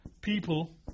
people